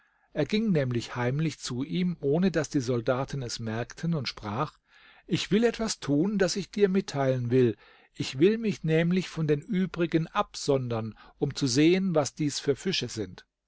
er ging nämlich heimlich zu ihm ohne daß die soldaten es merkten und sprach ich will etwas tun das ich dir mitteilen will ich will mich nämlich von den übrigen absondern um zu sehen was dies für fische sind